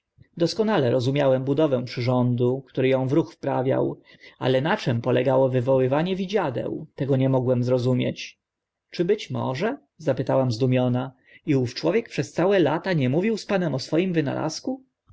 doskonale rozumiałem budowę przyrządu który ą w ruch wprawiał ale na czym polegało wywoływanie widziadeł tego nie mogłem zrozumieć czy być może zapytałam zdumiona i ów człowiek przez całe lata nie mówił z panem o swoim wynalazku